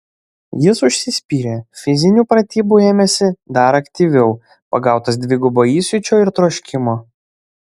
jis užsispyrė fizinių pratybų ėmėsi dar aktyviau pagautas dvigubo įsiūčio ir troškimo